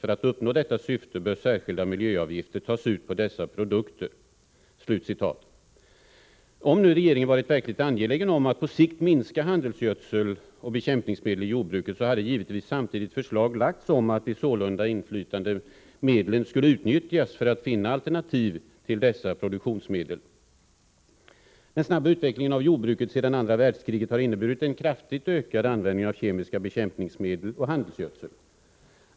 För att uppnå detta syfte bör särskilda miljöavgifter tas ut på dessa produkter.” Om regeringen varit verkligt angelägen om att på sikt minska handelsgödselanvändningen och användningen av bekämpningsmedel i jordbruket, så hade givetvis samtidigt förslag lagts fram om att de sålunda inflytande medlen skulle utnyttjas för att finna alternativ till dessa produktionsmedel. Den snabba utvecklingen av jordbruket sedan andra världskriget har inneburit en kraftigt ökad användning av kemiska bekämpningsmedel och handelsgödsel.